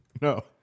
No